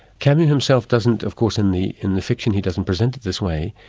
camus himself doesn't of course, in the in the fiction he doesn't present it this way.